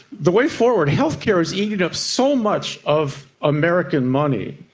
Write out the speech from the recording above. the way forward, healthcare is eating up so much of american money.